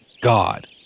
God